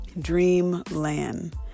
Dreamland